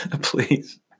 please